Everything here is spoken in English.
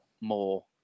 more